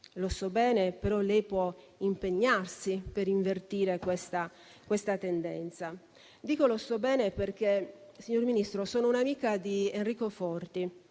Lo so bene, però lei può impegnarsi per invertire questa tendenza. Dico lo so bene, perché, signor Ministro, sono un'amica di Enrico Forti.